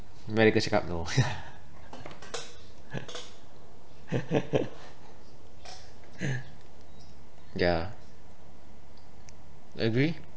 medical check-up no ya agree